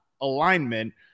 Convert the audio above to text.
alignment